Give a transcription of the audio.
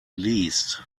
least